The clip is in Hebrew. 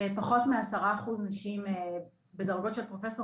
פחות מעשרה אחוזים של נשים בדרגות של פרופסור